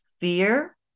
fear